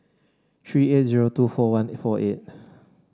three eight zero two four one four eight